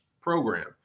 program